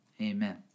amen